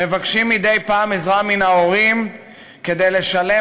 מבקשים מדי פעם עזרה מן ההורים כדי לשלם